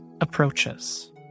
approaches